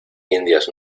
indias